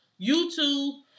YouTube